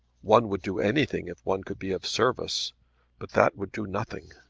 one would do anything if one could be of service but that would do nothing.